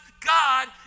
God